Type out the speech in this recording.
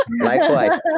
Likewise